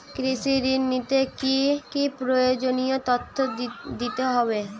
কৃষি ঋণ নিতে কি কি প্রয়োজনীয় তথ্য দিতে হবে?